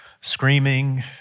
screaming